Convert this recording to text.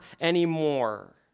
anymore